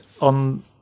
on